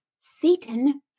Satan